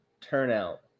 turnout